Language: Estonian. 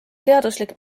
teaduslik